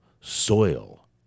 soil